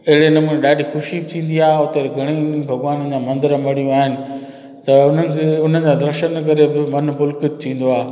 अहिड़े नमूने ॾाढी ख़ुशी थींदी आहे हुते घणेई भॻवाननि जा मंदर मढियूं आहिनि त हुननि खे हुननि जा दर्शन करे बि मनु पुलकित थींदो आहे